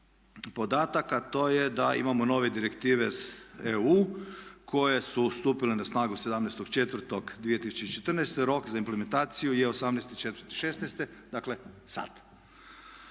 to je da imamo nove direktive iz EU koje su stupile na snagu 17.4.2014., rok za implementaciju je 18.4.2016., dakle sad.